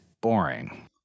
boring